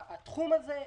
התחום הזה,